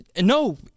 No